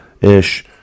ish